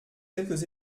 quelques